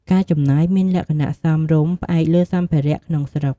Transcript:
ការចំណាយមានលក្ខណៈសមរម្យ ផ្អែកលើសម្ភារៈក្នុងស្រុក។